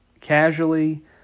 casually